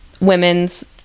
women's